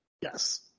Yes